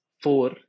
Four